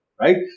right